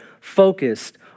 focused